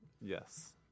Yes